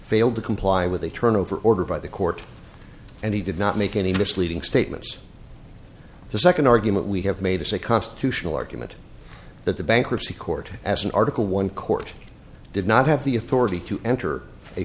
failed to comply with a turnover order by the court and he did not make any misleading statements the second argument we have made is a constitutional argument that the bankruptcy court as an article one court did not have the authority to enter a